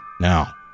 Now